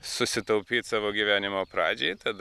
susitaupyti savo gyvenimo pradžiai tada